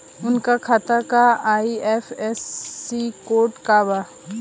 उनका खाता का आई.एफ.एस.सी कोड का बा?